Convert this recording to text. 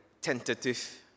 tentative